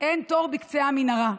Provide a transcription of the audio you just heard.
"אין תור בקצה המנהרה",